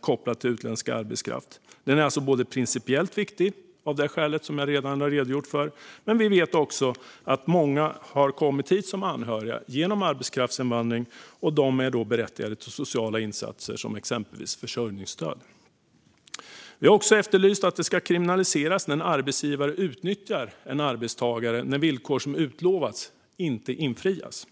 kopplat till utländsk arbetskraft. Detta är principiellt viktigt av det skäl som jag har redogjort för. Vi vet också att många har kommit hit som anhöriga genom arbetskraftsinvandring, och de är då berättigade till sociala insatser som exempelvis försörjningsstöd. Vi har också efterlyst att det ska kriminaliseras när en arbetsgivare utnyttjar en arbetstagare när villkor som utlovats inte infrias.